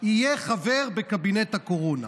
יהיה חבר בקבינט הקורונה.